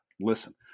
listen